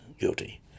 guilty